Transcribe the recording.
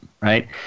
right